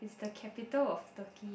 is the capital of Turkey